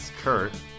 Kurt